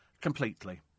completely